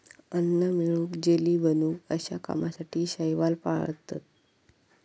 अन्न मिळवूक, जेली बनवूक अश्या कामासाठी शैवाल पाळतत